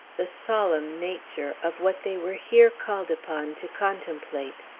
the solemn nature of what they were here called upon to contemplate.